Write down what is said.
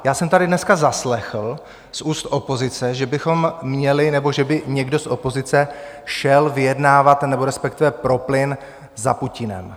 Já jsem tady dneska zaslechl z úst opozice, že bychom měli, nebo že by někdo z opozice šel vyjednávat, nebo respektive pro plyn za Putinem.